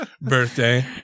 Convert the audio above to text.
birthday